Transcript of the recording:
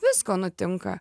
visko nutinka